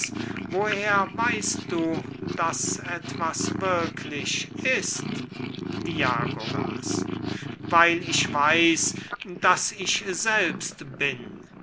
woher weißt du daß etwas wirklich ist diagoras weil ich weiß daß ich selbst bin